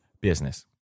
business